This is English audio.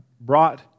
brought